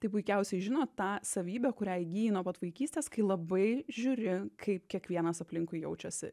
tai puikiausiai žinot tą savybę kurią įgyji nuo pat vaikystės kai labai žiūri kaip kiekvienas aplinkui jaučiasi